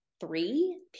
three